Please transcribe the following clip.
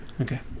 okay